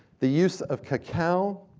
the use of cacao